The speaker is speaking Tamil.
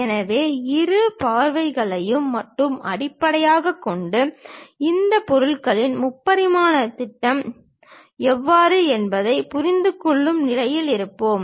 எனவே இரு பார்வைகளையும் மட்டும் அடிப்படையாகக் கொண்டு இந்த பொருளின் முப்பரிமாணத் திட்டம் எவ்வாறு என்பதைப் புரிந்துகொள்ளும் நிலையில் இருப்போம்